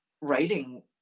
writing